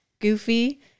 goofy